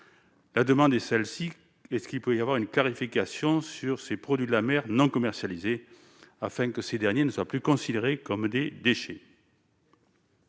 la demande est celle-ci : est ce qu'il peut y avoir une clarification sur ces produits de la mer non commercialisés, afin que ces derniers ne soient plus considérés comme des déchets.